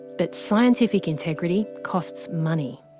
but scientific integrity costs money.